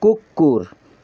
कुकुर